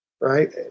right